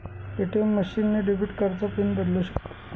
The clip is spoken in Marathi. ए.टी.एम मशीन ने डेबिट कार्डचा पिन बदलू शकतो